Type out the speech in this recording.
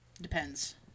Depends